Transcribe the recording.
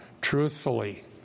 truthfully